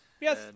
Yes